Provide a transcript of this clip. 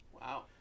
Wow